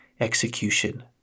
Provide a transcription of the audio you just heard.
execution